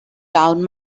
down